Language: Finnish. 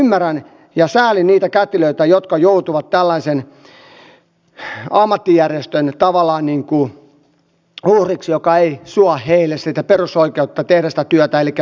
ymmärrän ja säälin niitä kätilöitä jotka joutuvat tällaisen ammattijärjestön uhriksi joka ei suo heille sitä perusoikeutta tehdä sitä työtä elikkä pelastaa elämää